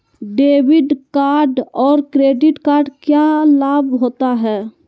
Debit card और credit card क्या लाभ होता है?